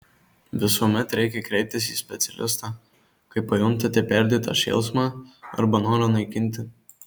visuomet reikia kreiptis į specialistą kai pajuntate perdėtą šėlsmą arba norą naikinti